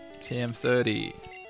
TM30